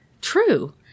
True